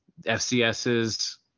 FCS's